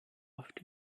oft